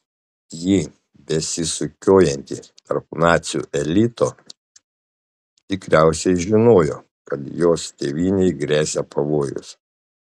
ji besisukiojanti tarp nacių elito tikriausiai žinojo kad jos tėvynei gresia pavojus